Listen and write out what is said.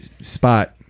spot